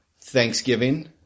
Thanksgiving